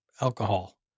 alcohol